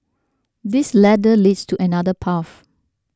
this ladder leads to another path